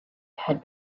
had